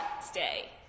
Stay